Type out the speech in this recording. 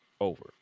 over